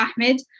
Ahmed